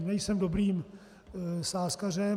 Nejsem dobrým sázkařem.